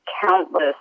countless